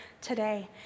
today